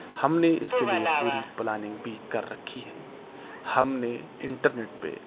ہم نے اس کے لیے پوری پلاننگ بھی کر رکھی ہے ہم نے انٹر نیٹ پہ